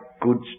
goods